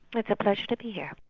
like a pleasure to be here.